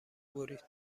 برید